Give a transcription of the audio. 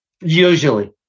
usually